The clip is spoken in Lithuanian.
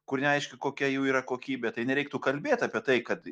kur neaišku kokia jų yra kokybė tai nereiktų kalbėt apie tai kad